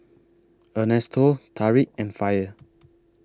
Ernesto Tarik and Faye